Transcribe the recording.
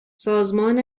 سازمان